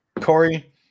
Corey